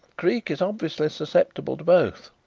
creake is obviously susceptible to both.